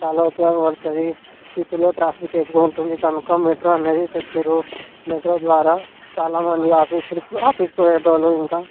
చాలా ఉపోయోగపడుతుంది సిటీలో ట్రాఫిక్ ఎక్కువ ఉంటుంది కనుక మెట్రో అనేది తెచ్చారు మెట్రో ద్వారా చాలా మంది ఆఫీసులకి ఆఫీసుకి పోయేవాళ్ళు ఇంకా